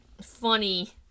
funny